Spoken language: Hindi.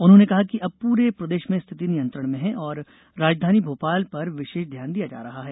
उन्होंने कहा कि अब पूरे प्रदेश में स्थिति नियंत्रण में है और राजधानी भोपाल पर विशेष ध्यान दिया जा रहा है